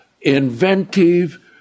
inventive